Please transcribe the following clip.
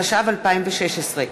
התשע"ו 2016,